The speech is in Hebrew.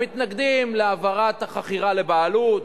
הם מתנגדים להעברת החכירה לבעלות,